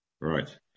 Right